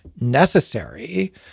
necessary